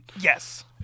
Yes